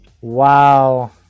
Wow